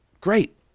Great